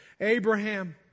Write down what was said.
Abraham